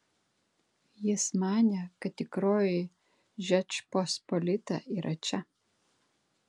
jis manė kad tikroji žečpospolita yra čia